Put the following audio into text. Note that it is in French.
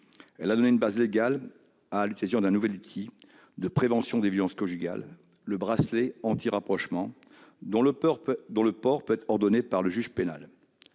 Elle a donné une base légale à l'utilisation d'un nouvel outil de prévention des violences conjugales : le bracelet anti-rapprochement, dont le port peut être ordonné par le juge pénal.